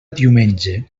diumenge